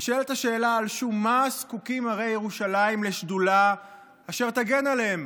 נשאלת השאלה על שום מה זקוקים הרי ירושלים לשדולה אשר תגן עליהם?